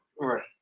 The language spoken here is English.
Right